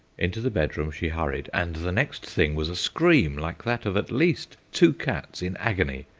into the bedroom she hurried, and the next thing was a scream like that of at least two cats in agony!